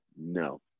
No